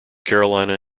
carolina